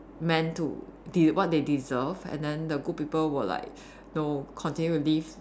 meant to they what they deserve and then the good people will like know continue to live